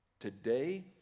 today